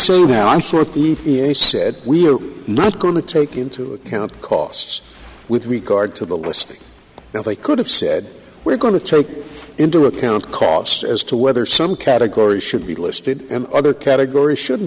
so now i'm sort of said we're not going to take into account costs with regard to the listing well they could have said we're going to take into account costs as to whether some categories should be listed and other categories shouldn't